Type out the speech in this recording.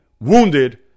wounded